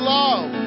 love